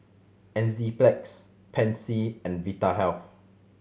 Enzyplex Pansy and Vitahealth